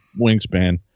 wingspan